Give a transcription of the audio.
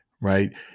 right